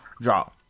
draw